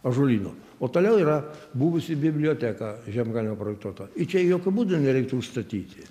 ąžuolyno o toliau yra buvusi biblioteka žemkalnio projektuota čia jokiu būdu nereiktų užstatyti